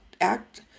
act